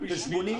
זאת אומרת